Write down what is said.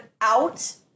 out